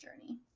journey